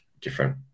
different